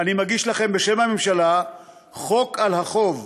"אני מגיש לכם בשם הממשלה חוק על החוב,